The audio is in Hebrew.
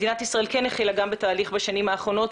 מדינת ישראל החלה בתהליך בשנים האחרונות.